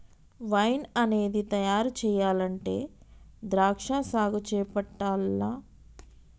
wine అనేది తయారు చెయ్యాలంటే ద్రాక్షా సాగు చేపట్టాల్ల